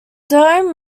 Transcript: dome